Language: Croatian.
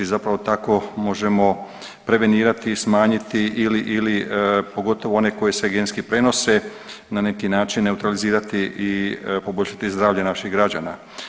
I zapravo tako možemo prevenirati, smanjiti ili pogotovo one koji se genski prenose na neki način neutralizirati i poboljšati zdravlje naših građana.